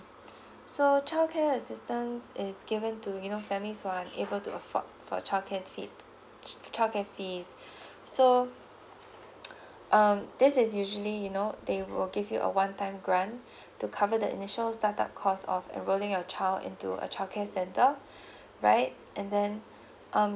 so childcare assistance is given to you know families who are unable to afford for childcare ch~ childcare fees so um this is usually you know they will give you a one time grant to cover the initial startup cost of enrolling your child into a childcare centre right and then um